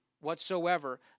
whatsoever